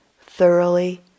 thoroughly